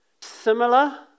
Similar